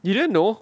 you didn't know